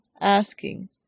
asking